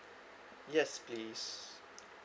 yes please